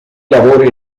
lavori